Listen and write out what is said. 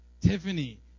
Tiffany